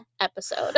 episode